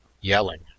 Yelling